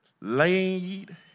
laid